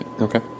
Okay